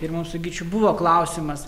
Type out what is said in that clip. ir mums su gyčiu buvo klausimas